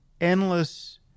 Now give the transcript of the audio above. endless